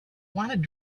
wanted